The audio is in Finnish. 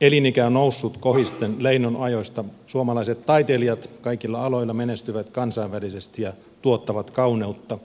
elinikä on noussut kohisten leinon ajoista suomalaiset taiteilijat kaikilla aloilla menestyvät kansainvälisesti ja tuottavat kauneutta